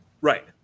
right